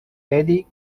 betty